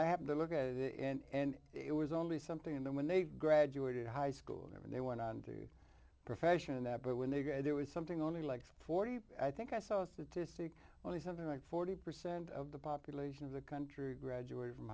i happened to look at it and it was only something that when they graduated high school and they went on to a profession that but when they get there was something only like forty i think i saw a statistic only something like forty percent of the population of the country graduated from